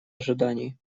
ожиданий